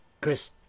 Chris